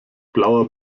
blauer